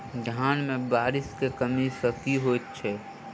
धान मे बारिश केँ कमी सँ की होइ छै?